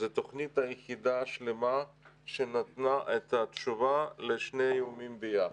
זו תוכנית היחידה שלמה שנתנה את התשובה לשני איומים ביחד.